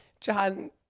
John